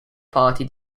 party